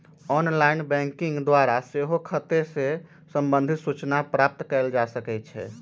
online banking द्वारा सेहो खते से संबंधित सूचना प्राप्त कएल जा सकइ छै